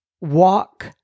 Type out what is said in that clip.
walk